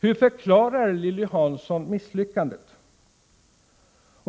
Hur förklarar Lilly Hansson misslyckandet?